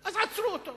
אז עצרו אותו.